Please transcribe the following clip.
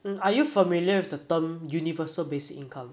and are you familiar with the term universal basic income